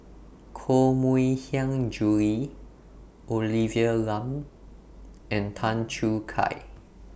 Koh Mui Hiang Julie Olivia Lum and Tan Choo Kai